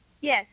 Yes